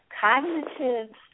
cognitive